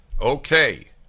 okay